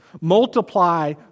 multiply